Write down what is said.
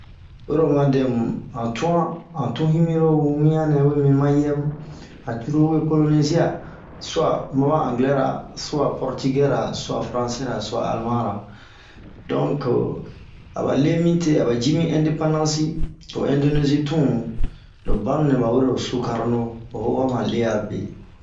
Oyilooma dɛmu han tuan, ho tun himinu ya mii ma yɛbun, han cururu we kolonizia sua maba angilɛra sua maba pɔrtiɛra, sua faransɛra sua almara. Donke aba lemite aba yimi ɛndepandansi ho ɛndonezi tun, ro banu nɛ ba we lo Sukarlo a ho wama le'a bee.